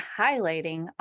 highlighting